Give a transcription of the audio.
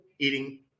eating